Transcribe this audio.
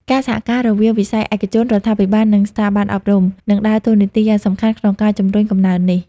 ការសហការរវាងវិស័យឯកជន រដ្ឋាភិបាល និងស្ថាប័នអប់រំ នឹងដើរតួនាទីយ៉ាងសំខាន់ក្នុងការជំរុញកំណើននេះ។